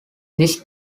this